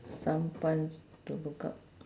some funs to look up